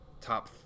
top